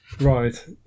Right